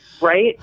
right